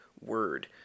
word